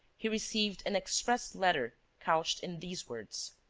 he received an express letter couched in these words